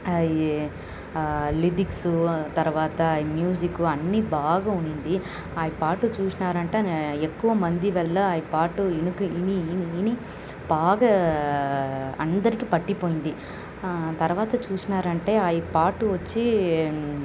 అవి లిరిక్స్ తర్వాత మ్యూజిక్ అన్నీ బాగా ఉన్నింది ఆ పాట చూసినారంటేనే ఎక్కువ మంది వల్ల ఆ పాట విని విని విని బాగా అందరికి పట్టి పోయింది తర్వాత చూసినారంటే ఆ పాట వచ్చి